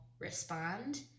respond